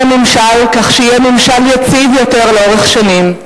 הממשל כך שיהיה ממשל יציב יותר לאורך שנים,